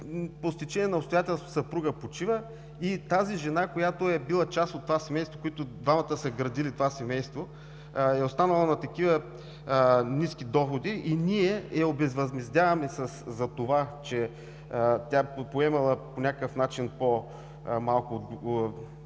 По стечение на обстоятелствата съпругът почива и тази жена, която е била част от това семейство, което двамата са градили, е останала на такива ниски доходи, и ние я овъзмездяваме затова, че е поемала по някакъв начин по-различни